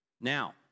Now